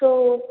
so